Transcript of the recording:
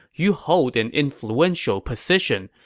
you hold an influential position.